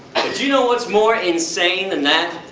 do you know what's more insane than that?